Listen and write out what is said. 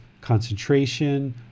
concentration